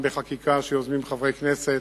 וגם נתמוך בחקיקה שיוזמים חברי הכנסת,